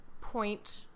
point